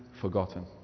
forgotten